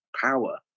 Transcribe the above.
power